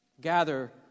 Gather